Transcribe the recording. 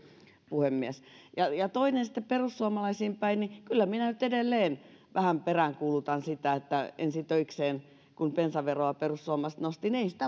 puhemies toinen sitten perussuomalaisiin päin kyllä minä nyt edelleen vähän peräänkuulutan sitä että kun ensi töikseen bensaveroa perussuomalaiset nostivat niin ei siitä